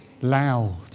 loud